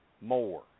more